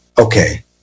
Okay